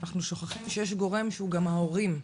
אנחנו שוכחים שיש גורם שהוא גם ההורים.